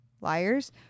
liars